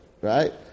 right